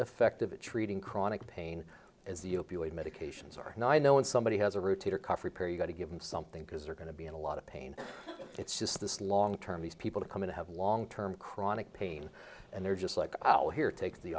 effective at treating chronic pain as the opioid medications are now i know when somebody has a routine or cough repair you got to give them something because they're going to be in a lot of pain it's just this long term these people to come in to have long term chronic pain and they're just like oh here take the